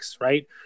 right